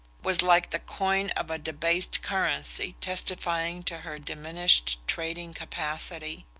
was like the coin of a debased currency testifying to her diminished trading capacity.